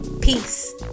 peace